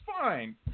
fine